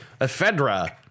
Ephedra